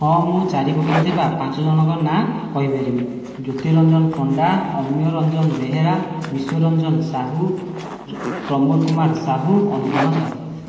ହଁ ମୁଁ ଚାରି ପାଖରେ ଥିବା ପାଞ୍ଚ ଜଣଙ୍କର ନାଁ କହିପାରିବି ଜ୍ୟୋତିରଞ୍ଜନ ପଣ୍ଡା ଅମିୟରଞ୍ଜନ ବେହେରା ବିଶ୍ୱରଂଜନ ସାହୁ ପ୍ରମୋଦ କୁମାର ସାହୁ ଅନୁପମା ସାହୁ